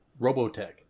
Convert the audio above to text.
Robotech